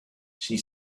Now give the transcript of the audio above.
she